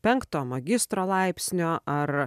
penkto magistro laipsnio ar